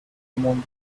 among